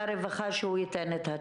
בבקשה, ענת.